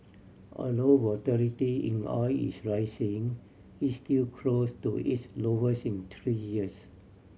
although volatility in oil is rising it's still close to its lowest in three years